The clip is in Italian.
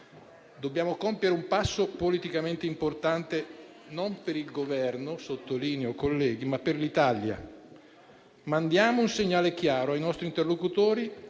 Dobbiamo compiere un passo politicamente importante non per il Governo - lo sottolineo, colleghi - ma per l'Italia. Mandiamo un segnale chiaro ai nostri interlocutori,